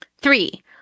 Three